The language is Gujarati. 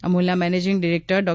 અમૂલના મેનેજિંગ ડિરેક્ટર ડો